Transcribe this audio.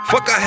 Fuck